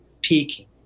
peaking